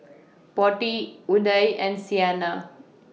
Potti Udai and Saina